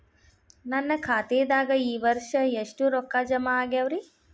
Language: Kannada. ನನ್ನ ಖಾತೆದಾಗ ಈ ವರ್ಷ ಎಷ್ಟು ರೊಕ್ಕ ಜಮಾ ಆಗ್ಯಾವರಿ?